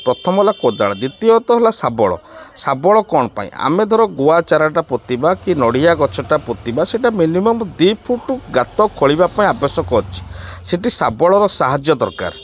ପ୍ରଥମ ହେଲା କୋଦାଳ ଦ୍ୱିତୀୟତଃ ହେଲା ଶାବଳ ଶାବଳ କ'ଣ ପାଇଁ ଆମେ ଧର ଗୁଆ ଚାରାଟା ପୋତିିବା କି ନଡ଼ିଆ ଗଛଟା ପୋତିିବା ସେଇଟା ମିନିମମ୍ ଦୁଇ ଫୁଟ ଗାତ ଖୋଳିବା ପାଇଁ ଆବଶ୍ୟକ ଅଛି ସେଇଠି ଶାବଳର ସାହାଯ୍ୟ ଦରକାର